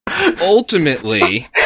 ultimately